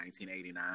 1989